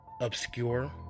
obscure